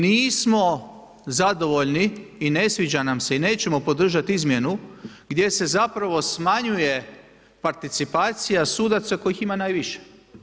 Nismo zadovoljni i ne sviđa nam se i nećemo podržati izmjenu gdje se zapravo smanjuje participacija sudaca kojih ima najviše.